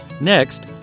Next